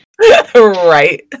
Right